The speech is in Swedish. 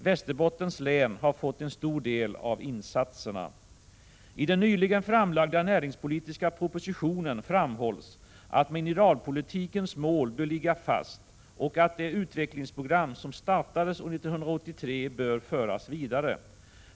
Västerbottens län har fått en stor del av insatserna. I den nyligen framlagda näringspolitiska propositionen framhålls att mineralpolitikens mål bör ligga fast och att det utvecklingsprogram som startades år 1983 bör föras vidare.